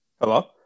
Hello